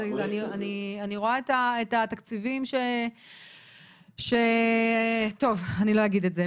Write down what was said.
אני רואה את התקציבים, טוב, אני לא אגיד את זה.